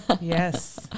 Yes